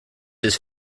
his